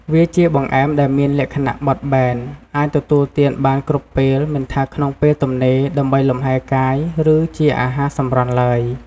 វាជាបង្អែមដែលមានលក្ខណៈបត់បែន អាចទទួលទានបានគ្រប់ពេល មិនថាក្នុង ពេលទំនេរដើម្បីលំហែកាយ ឬជាអាហារសម្រន់ទ្បើយ។